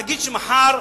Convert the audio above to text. נגיד שמחר,